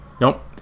Nope